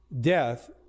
death